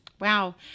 Wow